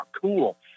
cool